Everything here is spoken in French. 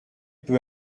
peu